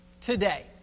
today